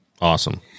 Awesome